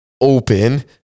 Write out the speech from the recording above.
open